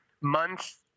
months